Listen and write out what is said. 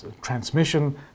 transmission